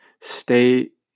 State